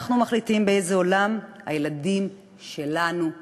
אנחנו מחליטים באיזה עולם הילדים שלנו יגדלו.